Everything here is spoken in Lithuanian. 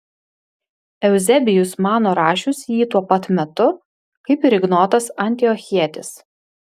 euzebijus mano rašius jį tuo pat metu kaip ir ignotas antiochietis